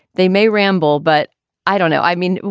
they may ramble, but i don't know. i mean,